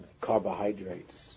carbohydrates